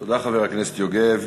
תודה, חבר הכנסת יוגב.